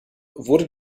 wurde